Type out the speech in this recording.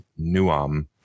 Nuam